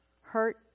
hurt